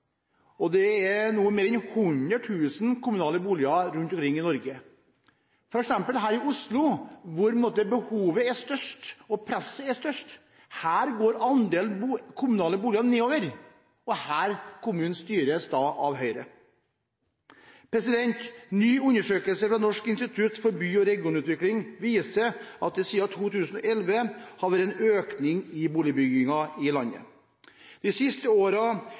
Det er nå flere enn 100 000 kommunale boliger rundt omkring i Norge. For eksempel her i Oslo, hvor behovet og presset er størst, går andelen kommunale boliger nedover. Denne kommunen styres av bl.a. Høyre. En ny undersøkelse fra Norsk institutt for by- og regionforskning viser at det siden 2011 har vært en økning i boligbyggingen i landet. De siste